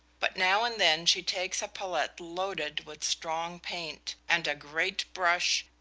but now and then she takes a palette loaded with strong paint, and a great brush,